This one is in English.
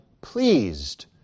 pleased